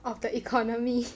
of the economy